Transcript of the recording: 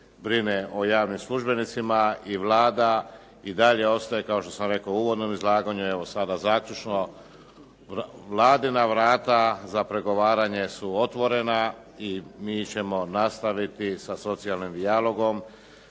brine o javnim službenicima i Vlada i dalje ostaje kao što sam rekao u uvodnom izlaganju, evo sada zaključno. Vladina vrata za pregovaranje su otvorena i mi ćemo nastaviti sa socijalnim dijalogom.